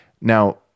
Now